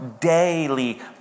daily